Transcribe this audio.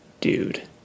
dude